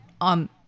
on